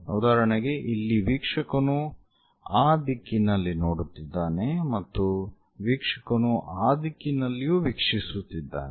ಉದಾಹರಣೆಗೆ ಇಲ್ಲಿ ವೀಕ್ಷಕನು ಆ ದಿಕ್ಕಿನಲ್ಲಿ ನೋಡುತ್ತಿದ್ದಾನೆ ಮತ್ತು ವೀಕ್ಷಕನು ಆ ದಿಕ್ಕಿನಲ್ಲಿಯೂ ವೀಕ್ಷಿಸುತ್ತಿದ್ದಾನೆ